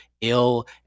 ill